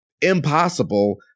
impossible